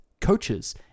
coaches